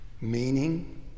meaning